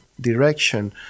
direction